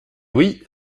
oui